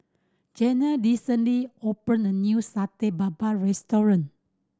Janelle recently opened a new Satay Babat restaurant